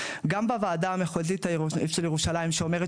גם בוועדה המחוזית של ירושלים שאומרת